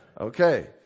Okay